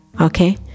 okay